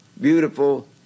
beautiful